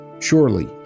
Surely